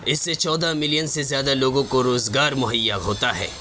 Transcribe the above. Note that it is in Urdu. اس سے چودہ ملین سے زیادہ لوگوں کو روزگار مہیا ہوتا ہے